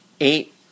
eight